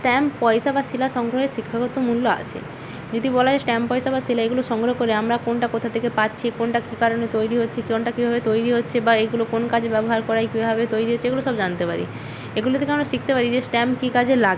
stamp পয়সা বা শিলা সংগ্রহের শিক্ষাগত মূল্য আছে নীতি বলয়ে স্ট্যাম্প পয়সা বা শিলা এগুলো সংগ্রহ করে আমরা কোনটা কোথা থেকে পাচ্ছি কোনটা কী কারণে তৈরি হচ্ছে কোনটা কীভাবে তৈরি হচ্ছে বা এইগুলো কোন কাজে ব্যবহার কর হয় কীভাবে তৈরি হচ্ছে এগুলো সব জানতে পারি এগুলি থেকে আমরা শিখতে পারি যে স্ট্যাম্প কী কাজে লাগে